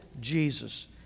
Jesus